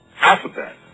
alphabet